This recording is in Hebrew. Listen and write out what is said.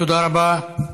תודה רבה.